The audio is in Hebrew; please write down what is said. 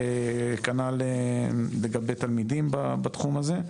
כנ"ל לגבי תלמידים בתחום הזה,